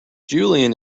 julian